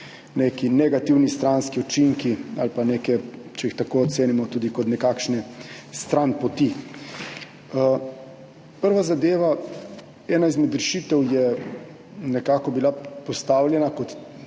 negativne stranske učinke ali pa, če jih tako ocenimo, tudi nekakšne stranpoti. Prva zadeva. Ena izmed rešitev je bila postavljena kot